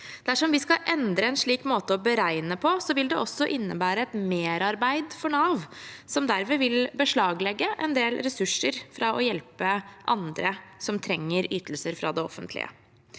Dersom vi skal endre en slik måte å beregne på, vil det også innebære et merarbeid for Nav, som derved vil beslaglegge en del ressurser fra å hjelpe andre som trenger ytelser fra det offentlige.